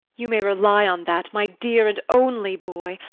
you may rely on that, my dear and only boy!